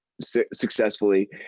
successfully